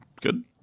Good